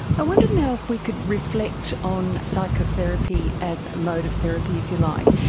i wonder now if we could reflect on psychotherapy as a mode of therapy, if you like.